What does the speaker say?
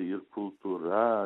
ir kultūra